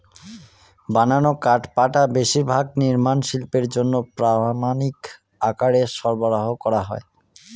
বানানো কাঠপাটা বেশিরভাগ নির্মাণ শিল্পের জন্য প্রামানিক আকারে সরবরাহ করা হয়